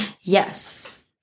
Yes